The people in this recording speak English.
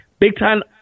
big-time